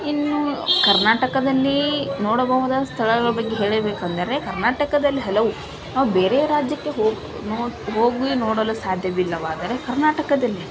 ಇನ್ನೂ ಕರ್ನಾಟಕದಲ್ಲಿ ನೋಡಬಹುದಾದ ಸ್ಥಳಗಳ ಬಗ್ಗೆ ಹೇಳಬೇಕಂದರೆ ಕರ್ನಾಟಕದಲ್ಲಿ ಹಲವು ನಾವು ಬೇರೆ ರಾಜ್ಯಕ್ಕೆ ಹೋಗಿ ನೋಡು ಹೋಗಿ ನೋಡಲು ಸಾಧ್ಯವಿಲ್ಲವಾದರೆ ಕರ್ನಾಟಕದಲ್ಲಿ